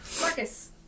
Marcus